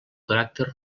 caràcter